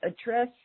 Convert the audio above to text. address